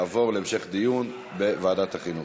תעבור להמשך דיון בוועדת החינוך.